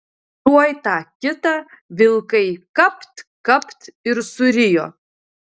tuoj tą kitą vilkai kapt kapt ir surijo